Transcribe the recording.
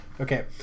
Okay